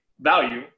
value